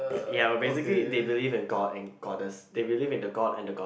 ya but basically they believe in God and Goddess they believe in the God and the God